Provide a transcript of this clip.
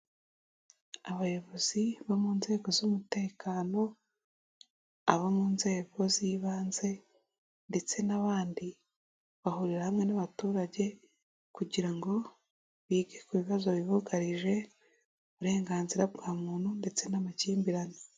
Abayobozi bo mu nzego z'umutekano, abo mu nzego z'ibanze ndetse n'abandi bahurira hamwe n'abaturage kugira ngo bige ku bibazo bibugarije, uburenganzira bwa muntu ndetse n'amakimbirane.